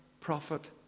prophet